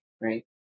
right